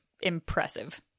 impressive